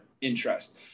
interest